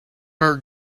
where